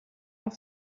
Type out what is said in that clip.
auf